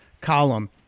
column